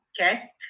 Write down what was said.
Okay